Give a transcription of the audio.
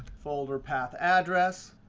folder path address.